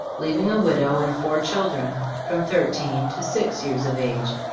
leaving a widow and four children, from thir teen to six years of age,